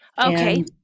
Okay